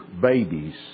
babies